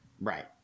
Right